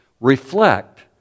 reflect